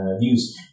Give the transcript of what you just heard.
views